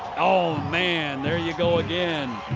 oh, man, there you go again.